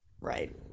right